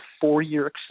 four-year